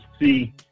see